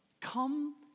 come